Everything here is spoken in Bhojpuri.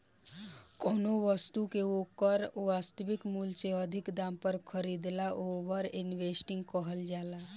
कौनो बस्तु के ओकर वास्तविक मूल से अधिक दाम पर खरीदला ओवर इन्वेस्टिंग कहल जाला